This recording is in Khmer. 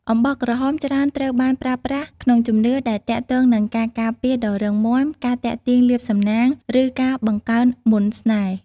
អំបោះក្រហមច្រើនត្រូវបានប្រើប្រាស់ក្នុងជំនឿដែលទាក់ទងនឹងការការពារដ៏រឹងមាំ ការទាក់ទាញលាភសំណាង ឬការបង្កើនមន្តស្នេហ៍។